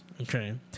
Okay